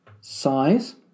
Size